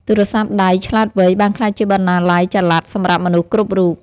ទូរស័ព្ទដៃឆ្លាតវៃ បានក្លាយជាបណ្ណាល័យចល័តសម្រាប់មនុស្សគ្រប់រូប។